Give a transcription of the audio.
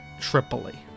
Tripoli